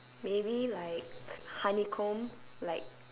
maybe like honeycomb like